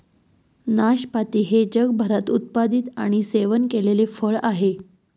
नाशपाती हे जगभरात उत्पादित आणि सेवन केलेले फळ आहे